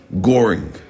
goring